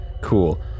Cool